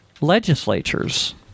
legislatures